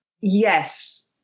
Yes